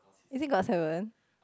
is it got seven